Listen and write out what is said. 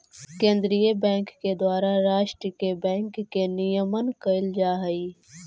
केंद्रीय बैंक के द्वारा राष्ट्र के बैंक के नियमन कैल जा हइ